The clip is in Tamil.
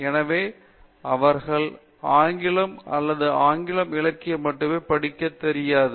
எனவே அவர்கள் ஆங்கிலம் அல்லது ஆங்கில இலக்கியம் மட்டுமே படிக்க தெரியாது